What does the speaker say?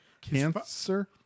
Cancer